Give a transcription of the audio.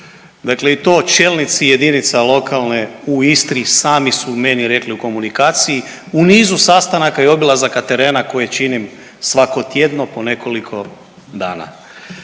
Dakle, i to čelnici jedinica lokalne u Istri sami su meni rekli u komunikaciji, u nizu sastanaka i obilazaka terena koje činim svako tjedno po nekoliko dana.